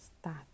start